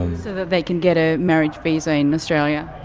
and so that they can get ah marriage visa in australia?